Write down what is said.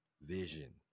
vision